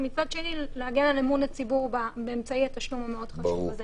ומצד שני להגן על אמון הציבור באמצעי התשלום המאוד חשוב הזה